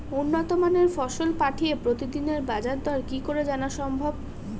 উন্নত মানের ফসল পাঠিয়ে প্রতিদিনের বাজার দর কি করে জানা সম্ভব?